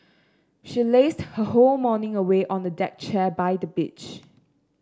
she lazed her whole morning away on a deck chair by the beach